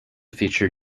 feature